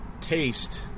taste